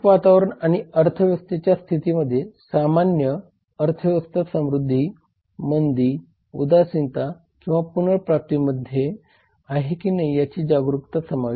पर्यावरण संरक्षण अधिनियम 1986 आणि स्पर्धा अधिनियम 2002